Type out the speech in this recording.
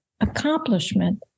accomplishment